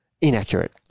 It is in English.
inaccurate